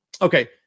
Okay